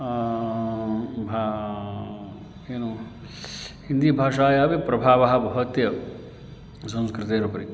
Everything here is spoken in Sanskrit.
भाषा एनं हिन्दीभाषाया प्रभावः भवत्येव संस्कृतेरुपरि